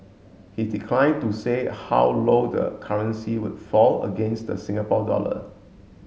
he declined to say how low the currency would fall against the Singapore dollar